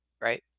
right